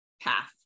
path